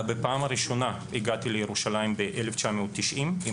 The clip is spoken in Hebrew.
בפעם הראשונה הגעתי לירושלים ב-1990 עם